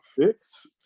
six